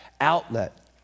outlet